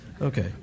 Okay